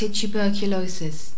tuberculosis